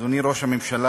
אדוני ראש הממשלה,